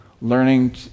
learning